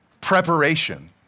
preparation